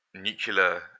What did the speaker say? nuclear